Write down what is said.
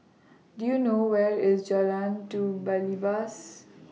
Do YOU know Where IS Jalan Do Belibas